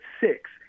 six